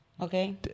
Okay